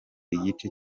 igice